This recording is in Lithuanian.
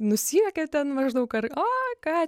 nusijuokia ten maždaug ar o ką